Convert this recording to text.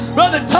Brother